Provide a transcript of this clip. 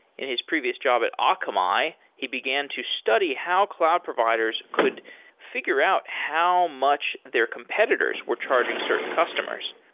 in his previous job at ah akamai, he began to study how cloud providers could figure out how much their competitors were charging certain customers.